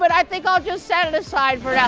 but i think i'll just set it aside for now.